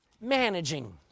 managing